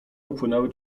upłynęły